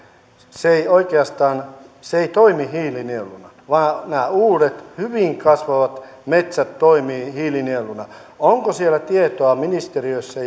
ei oikeastaan toimi hiilinieluna vaan nämä uudet hyvin kasvavat metsät toimivat hiilinieluna onko siellä ministeriössä